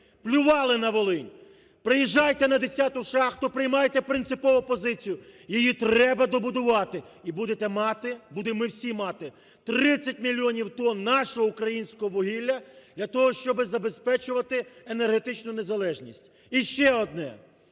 Плювали на Волинь! Приїжджайте на 10 шахту, приймайте принципову позицію. Її треба добудувати, і будете мати, будемо ми всі мати 30 мільйонів тонн нашого, українського вугілля, для того щоб забезпечувати енергетичну незалежність. І ще одне.